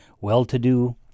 well-to-do